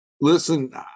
Listen